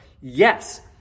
yes